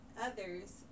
others